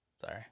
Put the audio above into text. Sorry